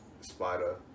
Spider